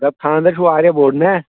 دَپ خاندر چھُ واریاہ بوٚڑ نہ